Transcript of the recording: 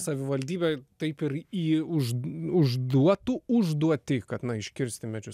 savivaldybei taip ir užduotų užduotį kad na iškirsti medžius